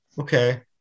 Okay